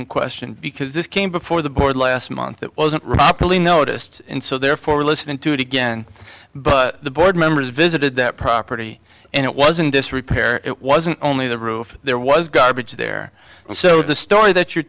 in question because this came before the board last month that wasn't remarkably noticed in so therefore listening to it again but the board members visited that property and it wasn't disrepair it wasn't only the roof there was garbage there so the story that you're